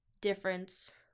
difference